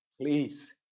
please